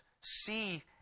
see